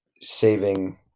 saving